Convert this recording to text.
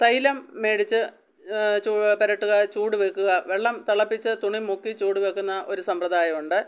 തൈലം മേടിച്ച് പുരട്ടുക ചൂട് വെക്കുക വെള്ളം തിളപ്പിച്ച് തുണി മുക്കി ചൂട് വെക്കുന്ന ഒരു സമ്പ്രദായമുണ്ട്